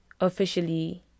officially